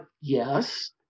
Yes